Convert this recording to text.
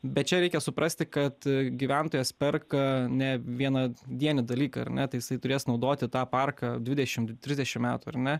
bet čia reikia suprasti kad gyventojas perka ne vienadienį dalyką ar ne tai jisai turės naudoti tą parką dvidešim trisdešim metų ar ne